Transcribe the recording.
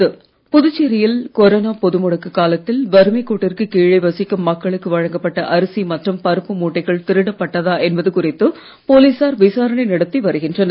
விசாரனை புதுச்சேரியில் கொரோனா பொது முடக்க காலத்தில் வறுமை கோட்டிற்கு கீழே வசிக்கும் மக்களுக்கு வழங்கப்பட்ட அரிசி மற்றும் பருப்பு மூட்டைகள் திருடப்பட்டதா என்பது குறித்து போலீசார் விசாரணை நடத்தி வருகின்றனர்